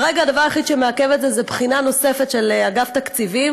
כרגע הדבר היחיד שמעכב את זה הוא בחינה נוספת של אגף התקציבים.